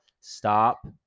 stop